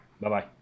bye-bye